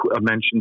mentioned